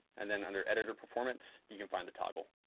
and then under editor performance you can find the toggle